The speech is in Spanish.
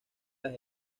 las